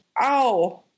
ow